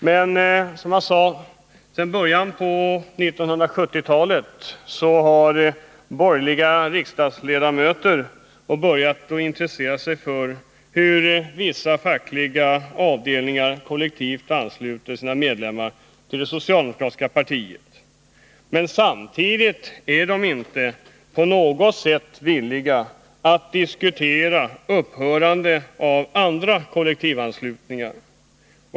Sedan början av 1970-talet har — som jag nämnde — borgerliga riksdagsledamöter börjat intressera sig för hur vissa fackliga avdelningar kollektivt ansluter sina medlemmar till det socialdemokratiska partiet. Men samtidigt är de inte på något sätt villiga att diskutera upphörandet av andra kollektivanslutningar.